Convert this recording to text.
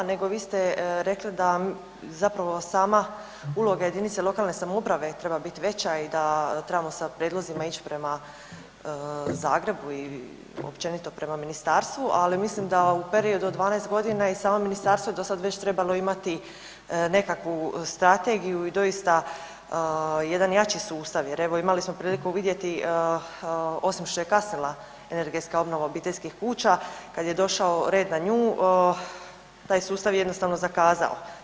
Nego vi ste rekli da zapravo sama uloga jedinice lokalne samouprave treba biti veća i da trebamo sa prijedlozima ići prema Zagrebu i općenito prema ministarstvu, ali mislim da u periodu od 12 godina i samo ministarstvo je do sada već trebalo imati nekakvu strategiju i doista jedan jači sustav jer evo imali smo priliku vidjeti osim što je kasnila energetska obnova obiteljskih kuća, kad je došao red na nju taj sustav je jednostavno zakazao.